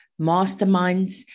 masterminds